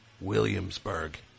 Williamsburg